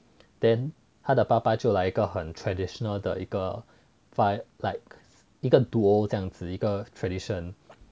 then 他的爸爸就来一个很 traditional 的一个 fight like 一个 duel 这样子一个 tradition